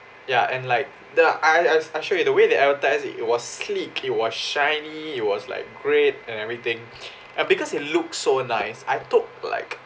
ya and like the I I I actually the way they advertise it it was sleek it was shiny it was like great and everything uh because it look so nice I took like